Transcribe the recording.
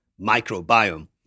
microbiome